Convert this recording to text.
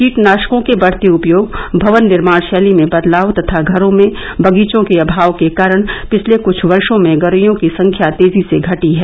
कीटनाशकों के बढ़ते उपयोग भवन निर्माण शैली में बदलाव तथा घरों में बगीचों के अमाव के कारण पिछले कुछ वर्षो में गोरेयों की संख्या तेजी से घटी है